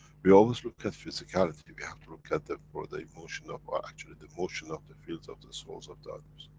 we always look at physicality, we have to look at the, for the emotion of a. actually the emotion of the fields of the souls of the others.